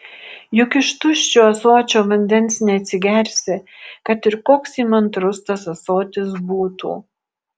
juk iš tuščio ąsočio vandens neatsigersi kad ir koks įmantrus tas ąsotis būtų